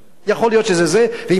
יכול להיות שזה זה, ואם כך,